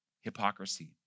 hypocrisy